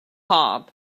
hob